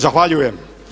Zahvaljujem.